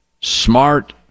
smart